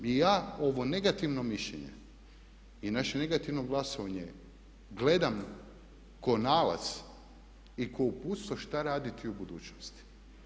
I ja ovo negativno mišljenje i naše negativno glasovanje gledam kao nalaz i kao uputstvo šta raditi u budućnosti.